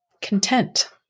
Content